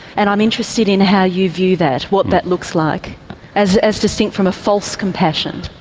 and i'm interested in how you view that, what that looks like as as distinct from a false compassion.